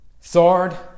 Third